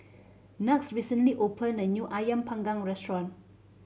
Knox recently opened a new Ayam Panggang restaurant